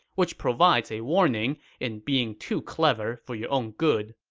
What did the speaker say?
which provides a warning in being too clever for your own good